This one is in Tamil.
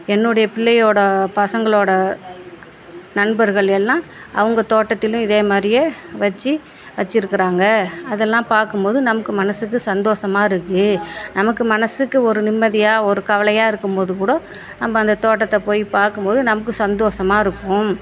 என்னுடைய பிள்ளையோட பசங்களோட நண்பர்கள் எல்லாம் அவங்க தோட்டத்திலும் இதே மாதிரியே வச்சு வச்சுருக்குறாங்க அதெல்லாம் பார்க்கும் போது நமக்கு மனசுக்கு சந்தோஷமாக இருக்கு நமக்கு மனசுக்கு ஒரு நிம்மதியாக ஒரு கவலையாக இருக்கும் போது கூட நம்ப அந்த தோட்டத்தை போய் பார்க்கும் போது நமக்கு சந்தோஷமாக இருக்கும்